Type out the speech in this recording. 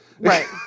Right